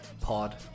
pod